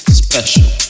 special